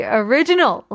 original